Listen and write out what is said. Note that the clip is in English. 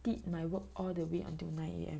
did my work all the way until nine A_M